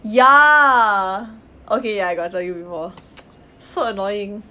ya okay I got tell you before so annoying